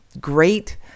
great